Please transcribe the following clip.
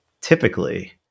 typically